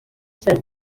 cya